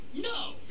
No